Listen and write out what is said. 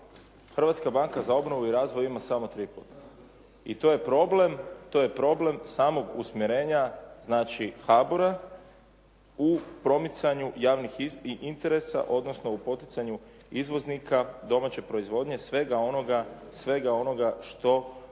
Hrvatska banka za obnovu i razvoj ima samo 3 puta. I to je problem samog usmjerenja znači HBOR-a u promicanju javnih interesa, odnosno u poticanju izvoznika, domaće proizvodnje svega onoga što